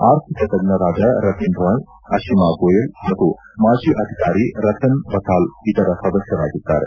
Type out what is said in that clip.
ಆರ್ಥಿಕ ತಜ್ಞರಾದ ರತಿನ್ ರಾಯ್ ಅಶಿಮಾ ಗೋಯಲ್ ಹಾಗೂ ಮಾಜಿ ಅಧಿಕಾರಿ ರತನ್ ವತಾಲ್ ಇದರ ಸದಸ್ಯರಾಗಿದ್ದಾರೆ